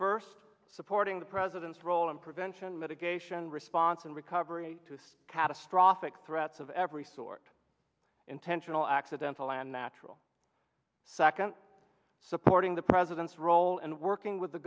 first supporting the president's role in prevention mitigation response and recovery to see catastrophic threats of every sort intentional accidental and natural second supporting the president's role and working with the